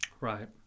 Right